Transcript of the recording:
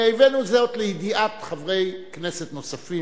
והבאנו זאת לידיעת חברי כנסת נוספים,